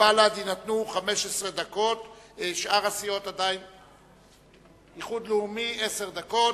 לבל"ד יינתנו 15 דקות, לאיחוד הלאומי עשר דקות.